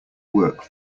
work